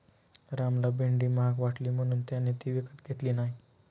रामला भेंडी महाग वाटली म्हणून त्याने ती विकत घेतली नाही